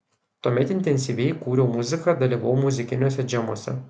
tuomet intensyviai kūriau muziką dalyvavau muzikiniuose džemuose